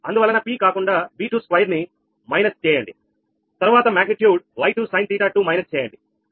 అందువలన P కాకుండా V2 ని మైనస్ చేయండి తరువాత మాగ్నిట్యూడ్ Y2sin𝜃2 మైనస్చేయండి